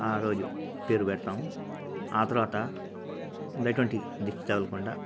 ఆ రోజు పేరు పెడతాము ఆ తర్వాత ఎటువంటి దిష్టి తగలకుండా